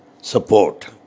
support